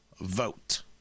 vote